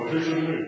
לא על, המחליף של מי?